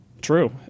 true